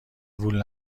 وول